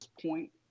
point